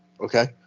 Okay